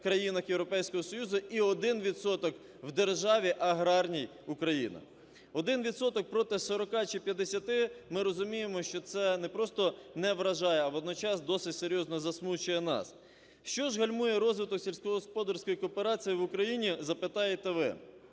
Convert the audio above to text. країнах Європейського Союзу і 1 відсоток – в державі аграрній Україна. 1 відсоток проти 40-а чи 50-и, ми розуміємо, що це не просто не вражає, а водночас досить серйозно засмучує нас. Що ж гальмує розвиток сільськогосподарської кооперації в Україні, запитаєте ви?